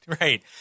right